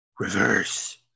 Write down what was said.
Reverse